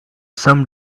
some